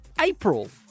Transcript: April